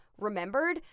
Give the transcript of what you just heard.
remembered